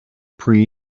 pre